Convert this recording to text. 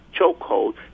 chokehold